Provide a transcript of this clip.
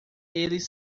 eles